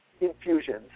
infusions